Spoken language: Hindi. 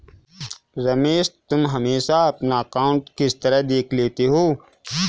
रमेश तुम हमेशा अपना अकांउट किस तरह देख लेते हो?